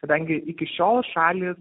kadangi iki šiol šalys